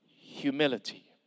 Humility